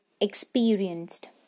experienced